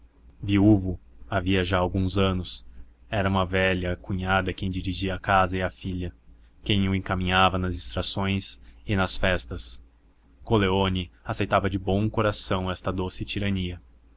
viúvo havia já alguns anos era uma velha cunhada quem dirigia a casa e a filha quem o encaminhava nas distrações e nas festas coleoni aceitava de bom coração esta doce tirania